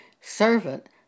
servant